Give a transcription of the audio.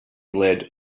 led